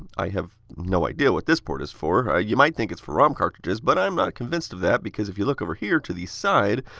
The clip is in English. i have no idea what this port is for. you might think it is for rom cartridges, but i'm not convinced of that because if you look over here to the side,